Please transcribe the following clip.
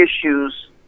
issues